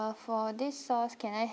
for this sauce can I